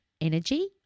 energy